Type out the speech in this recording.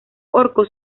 orcos